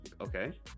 okay